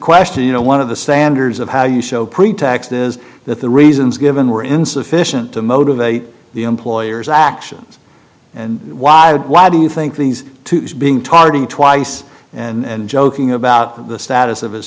question you know one of the standards of how you show pretext is that the reasons given were insufficient to motivate the employers actions and why why do you think these two being tardy twice and joking about the status of his